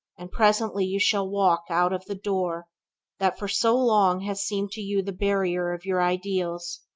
and presently you shall walk out of the door that for so long has seemed to you the barrier of your ideals,